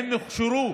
הם הוכשרו.